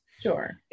sure